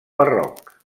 barroc